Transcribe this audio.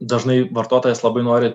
dažnai vartotojas labai nori